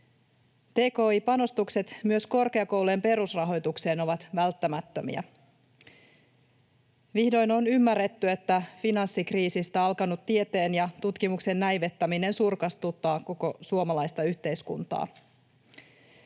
Tki-panostukset myös korkeakoulujen perusrahoitukseen ovat välttämättömiä. Vihdoin on ymmärretty, että finanssikriisistä alkanut tieteen ja tutkimuksen näivettäminen surkastuttaa koko suomalaista yhteiskuntaa.